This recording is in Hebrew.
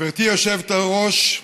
גברתי היושבת-ראש,